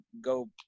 go